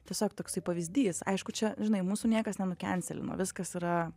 tiesiog toksai pavyzdys aišku čia žinai mūsų niekas nenukencelino viskas yra